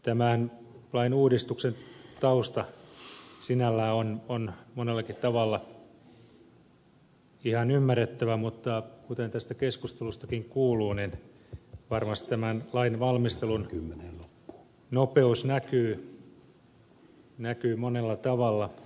tämän lainuudistuksen tausta sinällään on monellakin tavalla ihan ymmärrettävä mutta kuten tästä keskustelustakin kuuluu varmasti tämän lain valmistelun nopeus näkyy monella tavalla